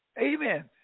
Amen